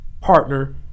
partner